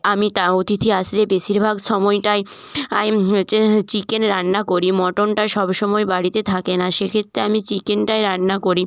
আমি তাও অতিথি আসলে বেশিরভাগ সময়টাই আই হয়েছে চিকেন রান্না করি মটনটা সব সময় বাড়িতে থাকে না সেক্ষেত্রে আমি চিকেনটাই রান্না করি